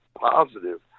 positive